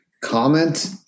comment